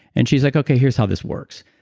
and she's like, okay, here's how this works.